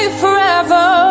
forever